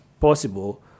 possible